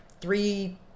three